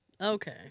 Okay